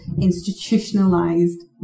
institutionalized